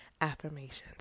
affirmations